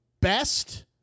best